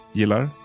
gillar